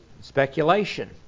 speculation